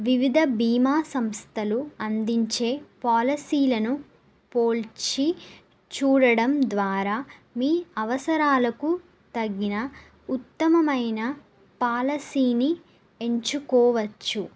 వివిధ బీమా సంస్థలు అందించే పాలసీలను పోల్చి చూడడం ద్వారా మీ అవసరాలకు తగిన ఉత్తమమైన పాలసీని ఎంచుకోవచ్చు